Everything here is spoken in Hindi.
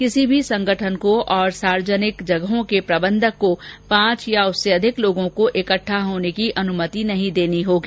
किसी भी संगठन को और सार्वजनिक जगहों के प्रबंधक को पांच या उससे अधिक लोगों को इकट्ठा होने की अनुमति नहीं देनी होगी